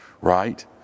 Right